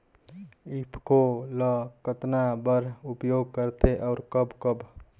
ईफको ल कतना बर उपयोग करथे और कब कब?